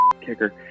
kicker